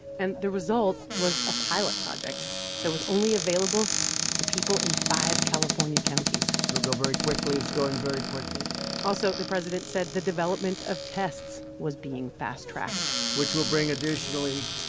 and the result was a pilot project that was only available to people in five california counties they'll go very quickly. it's going very quickly also, the president said, the development of tests was being fast-tracked which will bring, additionally,